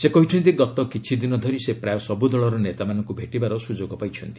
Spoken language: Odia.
ସେ କହିଛନ୍ତି ଗତ କିଛିଦିନ ଧରି ସେ ପ୍ରାୟ ସବୁଦଳର ନେତାମାନଙ୍କୁ ଭେଟିବାର ସୁଯୋଗ ପାଇଛନ୍ତି